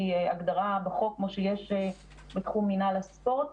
הגדרה בחוק כמו שיש בתחום מינהל הספורט.